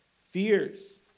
fears